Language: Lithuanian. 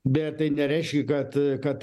bet tai nereiškia kad kad